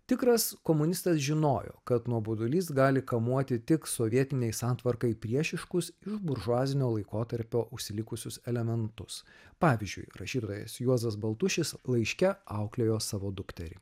tikras komunistas žinojo kad nuobodulys gali kamuoti tik sovietinei santvarkai priešiškus iš buržuazinio laikotarpio užsilikusius elementus pavyzdžiui rašytojas juozas baltušis laiške auklėjo savo dukterį